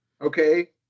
Okay